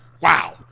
wow